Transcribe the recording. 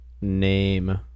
name